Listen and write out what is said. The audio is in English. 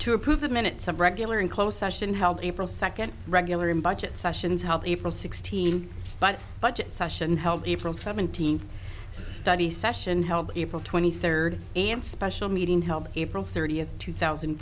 to approve the minutes of regular and close such an held april second regular in budget sessions help april sixteenth but budget session held april seventeenth study session held april twenty third and special meeting held april thirtieth two thousand